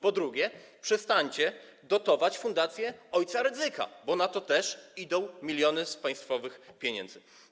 Po drugie, przestańcie dotować fundację o. Rydzyka, bo na to też idą miliony z państwowych pieniędzy.